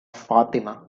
fatima